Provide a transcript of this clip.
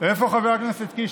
איפה חבר הכנסת קיש?